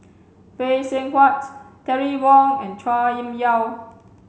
Phay Seng Whatt Terry Wong and Chua Kim Yeow